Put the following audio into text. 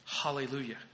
Hallelujah